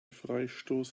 freistoß